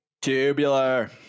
Tubular